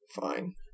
fine